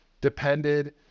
depended